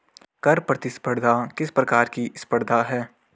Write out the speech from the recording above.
कर प्रतिस्पर्धा किस प्रकार की स्पर्धा है?